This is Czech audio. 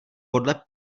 podle